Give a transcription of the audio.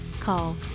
call